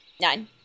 Nine